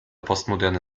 postmoderne